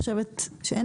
אני רוצה שתסביר